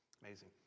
Amazing